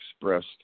expressed